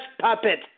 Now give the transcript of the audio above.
puppet